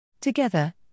Together